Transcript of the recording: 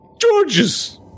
Georges